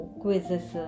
quizzes